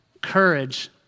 Courage